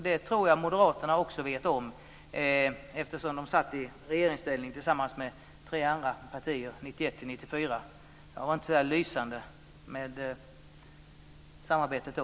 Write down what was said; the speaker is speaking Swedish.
Jag tror att Moderaterna också vet det, eftersom de satt i regeringsställning tillsammans med tre andra partier 1991 1994. Det var inte så lysande med samarbetet då.